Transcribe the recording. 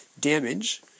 damage